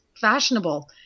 fashionable